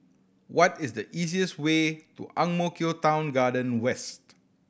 what is the easiest way to Ang Mo Kio Town Garden West